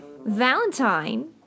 Valentine